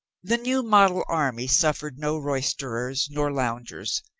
the new model army suffered no roysterers nor loungers.